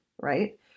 right